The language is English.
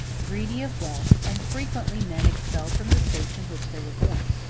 greedy of wealth, and frequently men expelled from the states in which they were born.